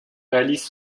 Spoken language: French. réalise